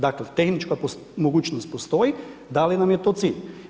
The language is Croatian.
Dakle tehnička mogućnost postoji, da li nam je to cilj?